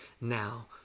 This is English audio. now